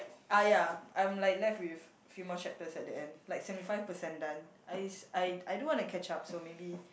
ah ya I'm like left with few more chapters at the end like seventy five percent done I I I do want to catch up so maybe